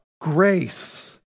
grace